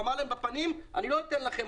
והוא אמר להם בפנים: אני לא נותן לכם,